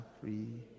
free